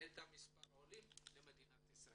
את מספר העולים שיעלו למדינת ישראל.